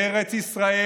ארץ ישראל